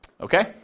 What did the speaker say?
Okay